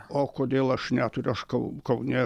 o kodėl aš neturiu aš kau kaune